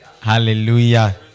Hallelujah